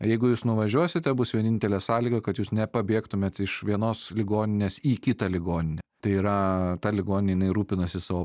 jeigu jūs nuvažiuosite bus vienintelė sąlyga kad jūs nepabėgtumėt iš vienos ligoninės į kitą ligoninę tai yra ta ligoninė jinai rūpinasi savo